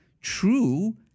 True